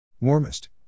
Warmest